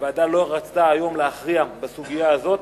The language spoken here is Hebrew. הוועדה לא רצתה היום להכריע בסוגיה הזאת,